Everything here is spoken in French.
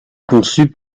conçus